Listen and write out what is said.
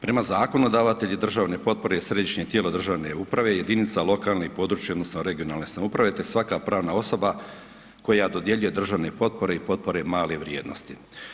Prema zakonu davatelji državne potpore je središnje tijelo državne uprave, jedinica lokalne i područne odnosno regionalne samouprave te svaka pravna osoba koja dodjeljuje državne potpore i potpore male vrijednosti.